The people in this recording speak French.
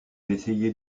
essayez